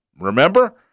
Remember